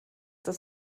das